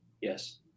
Yes